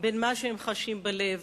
בין מה שהם חשים בלב